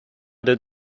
did